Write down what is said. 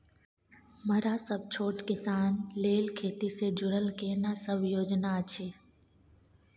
मरा सब छोट किसान लेल खेती से जुरल केना सब योजना अछि?